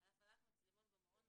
על הפעלת מצלמות במעון,